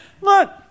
Look